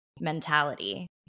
mentality